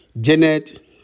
Janet